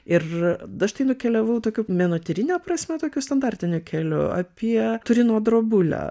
ir aš tai nukeliavau tokiu menotyrine prasme tokiu standartiniu keliu apie turino drobulę